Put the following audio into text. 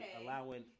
allowing